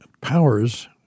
powers